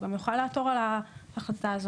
הוא גם יוכל לעתור על ההחלטה הזאת.